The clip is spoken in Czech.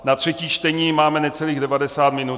Na třetí čtení máme ještě necelých devadesát minut.